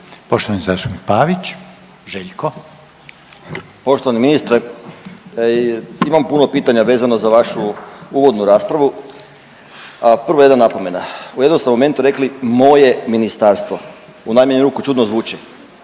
(Socijaldemokrati)** Poštovani ministre, imam puno pitanja vezano za vašu uvodnu raspravu. A prvo jedna napomena. U jednom ste momentu rekli moje ministarstvo, u najmanju ruku čudno zvuči.